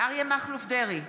אריה מכלוף דרעי,